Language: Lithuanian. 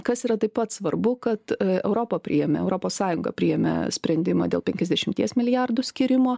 kas yra taip pat svarbu kad europa priėmė europos sąjunga priėmė sprendimą dėl penkiasdešimties milijardų skyrimo